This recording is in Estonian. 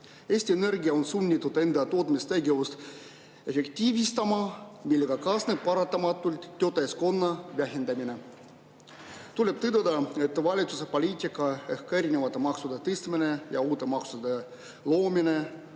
Eesti Energia on sunnitud enda tootmistegevust efektiivistama, millega kaasneb paratamatult töötajaskonna vähendamine. Tuleb tõdeda, et valitsuse poliitika ehk ka erinevate maksude tõstmine ja uute maksude loomine,